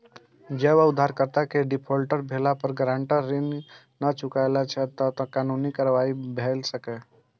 जौं उधारकर्ता के डिफॉल्टर भेला पर गारंटर ऋण नै चुकबै छै, ते कानूनी कार्रवाई भए सकैए